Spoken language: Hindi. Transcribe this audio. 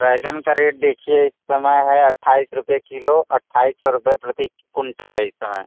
बैंगन का रेट देखिए इस समय है अट्ठाईस रुपए किलो अट्ठाईस सौ रुपए प्रति कुंटल है इस समय